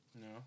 No